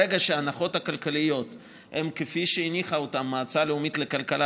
ברגע שההנחות הכלכליות הן כפי שהניחה אותן המועצה הלאומית לכלכלה,